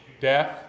Death